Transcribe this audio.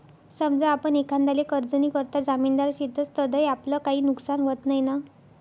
समजा आपण एखांदाले कर्जनीकरता जामिनदार शेतस तधय आपलं काई नुकसान व्हत नैना?